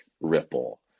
Ripple